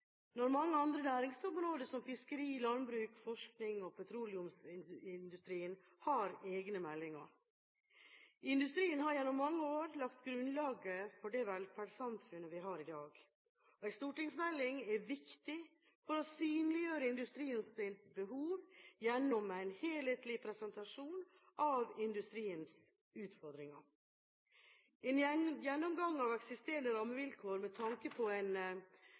når mange andre næringsområder, som fiskeri, landbruk, forskning og petroleumsindustrien, har egne meldinger. Industrien har gjennom mange år lagt grunnlaget for det velferdssamfunnet vi har i dag, en stortingsmelding er viktig for å synliggjøre industriens behov gjennom en helhetlig presentasjon av industriens utfordringer. En gjennomgang av eksisterende rammevilkår med tanke på en